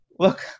look